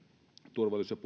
turvallisuus ja